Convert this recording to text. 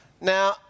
Now